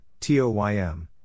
TOYM